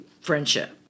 friendship